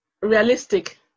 Realistic